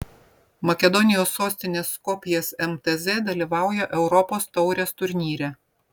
makedonijos sostinės skopjės mtz dalyvauja europos taurės turnyre